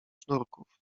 sznurków